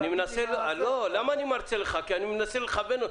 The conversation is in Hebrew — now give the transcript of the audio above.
אני מנסה לכוון אותך.